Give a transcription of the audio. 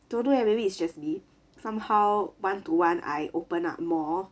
don't know leh maybe it's just me somehow one to one I open up more